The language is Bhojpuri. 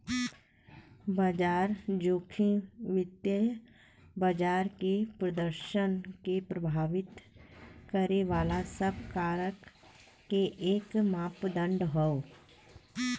बाजार जोखिम वित्तीय बाजार के प्रदर्शन क प्रभावित करे वाले सब कारक क एक मापदण्ड हौ